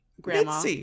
Grandma